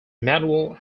manuel